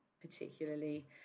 particularly